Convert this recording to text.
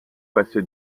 passé